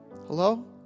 Hello